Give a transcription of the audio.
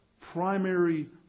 primary